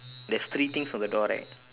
there is three things on the door right